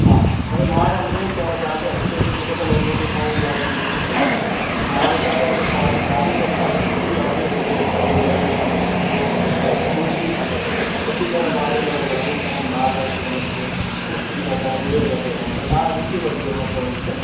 हा मतिलब मां ईअं ई चवण चाहियां पियो हिते बि जेको नेटवर्क तव्हांजी ॻाल्हि बि बिल्कुलु सही आहे त मां ईअं चवां पियो अगरि पंहिंजे तव्हांजे तरफ़ां जे कुझु बि अपडेट हुजे ड्राईव ॿाईव में के भई थोरो मतिलब स्मूदिली हले सुठी तरह पंहिंजी मतिलब रमी सघनि ॿार मतिलब के ख़ुशि थी सघनि इंजॉए करे सघनि त तव्हां ॾिसी वठिजो हिन पॉईंट ते